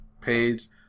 page